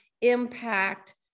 impact